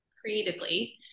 creatively